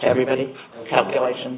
everybody calculation